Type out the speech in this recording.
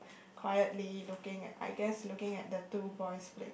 quietly looking at I guess looking at the two boys playing